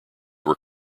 were